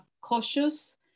cautious